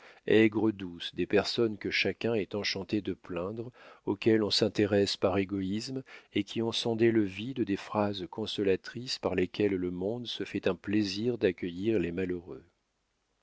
pincée aigre douce des personnes que chacun est enchanté de plaindre auxquelles on s'intéresse par égoïsme et qui ont sondé le vide des phrases consolatrices par lesquelles le monde se fait un plaisir d'accueillir les malheureux